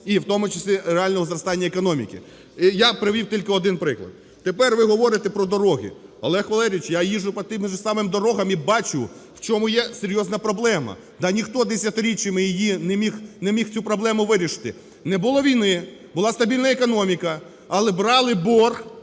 і в тому числі реального зростання економіки. Я привів тільки один приклад. Тепер, ви говорите про дороги. Олег Валерійович, я їжджу по тим же самим дорогам і бачу, в чому є серйозна проблема. Та ніхто десятиріччями не міг цю проблему вирішити. Не було війни, була стабільна економіка, але брали борг,